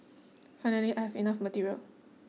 finally I have enough material